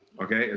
okay.